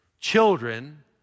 children